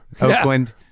Oakland